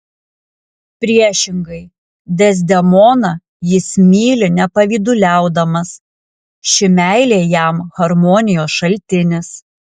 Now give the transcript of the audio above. priešingai dezdemoną jis myli nepavyduliaudamas ši meilė jam harmonijos šaltinis